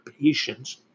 patients